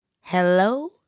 hello